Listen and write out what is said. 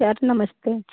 sir नमस्ते